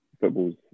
football's